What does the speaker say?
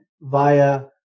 via